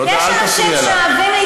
חבר הכנסת חזן, תודה.